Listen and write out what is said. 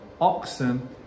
oxen